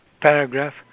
paragraph